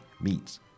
meets